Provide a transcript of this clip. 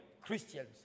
Christians